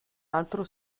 altro